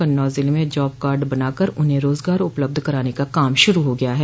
कन्नौज जिले में job card बनाकर कर उन्हें रोजगार उपलब्ध कराने का काम शुरू हो गया है